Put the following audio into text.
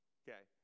okay